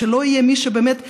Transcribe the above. שלא יהיה מי שבאמת,